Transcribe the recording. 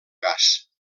gas